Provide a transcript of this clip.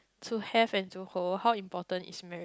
to have and to hold how important is marriage